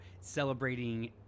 celebrating